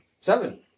Seven